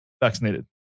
vaccinated